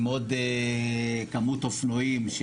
עם עוד כמות אופנועים,